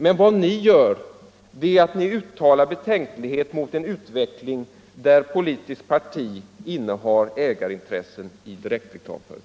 Men vad ni = Nr 16 gör är att uttala betänkligheter mot en utveckling där politiskt parti över Onsdagen den huvud taget innehar ägarintressen i direktreklamföretag.